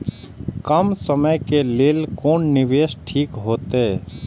कम समय के लेल कोन निवेश ठीक होते?